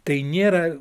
tai nėra